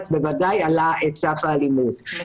ובוודאי העלה את סף האלימות -- אפשר לסכם,